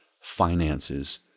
finances